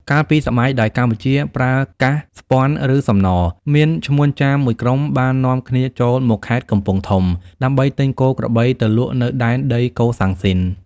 កាលពីសម័យដែលកម្ពុជាប្រើកាសស្ពាន់ឬសំណរ មានឈ្មួញចាមមួយក្រុមបាននាំគ្នាចូលមកខេត្តកំពង់ធំ ដើម្បីទិញគោក្របីទៅលក់នៅដែនដីកូសាំងស៊ីន។